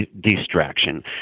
distraction